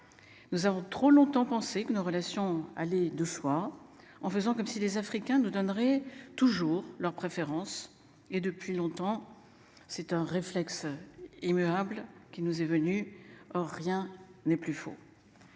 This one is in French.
Nous avons trop longtemps pensé que nos relations aller de choix en faisant comme si les Africains ne donnerai toujours leur préférence et depuis longtemps. C'est un réflexe. Immuable qui nous est venue, or rien n'est plus faux.